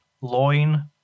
loin